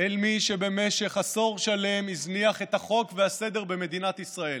אל מי שבמשך עשור שלם הזניח את החוק והסדר במדינת ישראל,